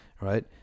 right